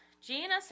Gina